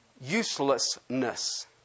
uselessness